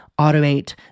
automate